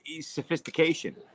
sophistication